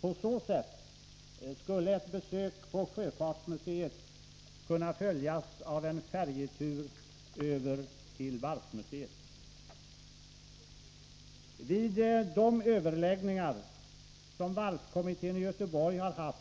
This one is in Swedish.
På så sätt skulle ett besök på sjöfartsmuseet kunna följas av en färjetur över till varvsmuseet. Vid de överläggningar som varvskommittén i Göteborg haft